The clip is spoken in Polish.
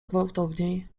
gwałtowniej